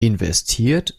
investiert